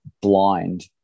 blind